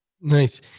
nice